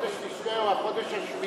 חודש תשרי הוא החודש השביעי.